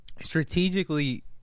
strategically –